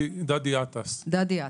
עטאס,